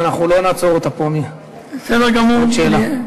אז אנחנו לא נעצור אותה פה בשל עוד שאלה.